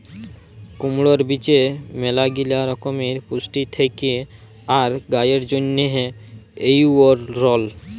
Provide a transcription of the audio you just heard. কুমড়র বীজে ম্যালাগিলা রকমের পুষ্টি থেক্যে আর গায়ের জন্হে এঔরল